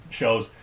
shows